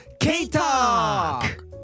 K-Talk